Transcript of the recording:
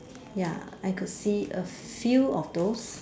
ya I could see a few of those